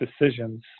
decisions